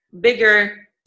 bigger